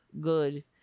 good